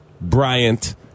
Bryant